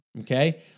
Okay